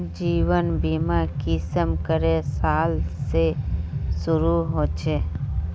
जीवन बीमा कुंसम करे साल से शुरू होचए?